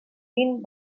vint